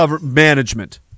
management